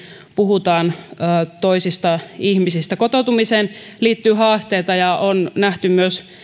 puhutaan kunnioittavasti toisista ihmisistä kotoutumiseen liittyy haasteita ja on nähty myös